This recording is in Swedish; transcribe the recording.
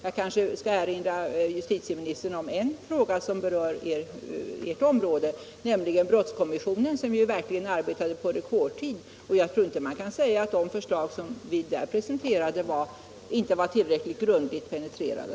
Jag kanske skall erinra jus titieministern om en fråga som berör ert område, nämligen den som behandlades av brottskommissionen. Denna blev ju verkligen klar på rekordtid, och jag tror inte att man kan säga att de förslag som där presenterades inte var tillräckligt grundligt penetrerade.